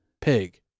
Pig